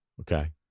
Okay